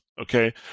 okay